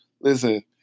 Listen